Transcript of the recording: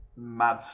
mad